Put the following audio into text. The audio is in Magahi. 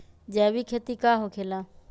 जैविक खेती का होखे ला?